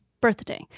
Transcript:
birthday